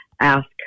ask